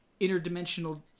interdimensional